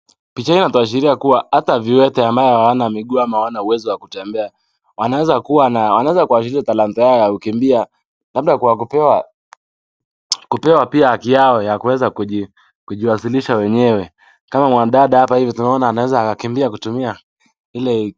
Picha hii inatuashiria kuwa hata viwete ambao hawana miguu ama hawana uwezo wa kutembea, wanaweza kuwa na wanaweza kuonyesha talanta yao ya kukimbia labda kwa kupewa, kupewa pia haki yao ya kuweza kuji kuwasilisha wenyewe. Kama mwanadada hapa hivi tunaona anaweza akakimbia kutumia ile.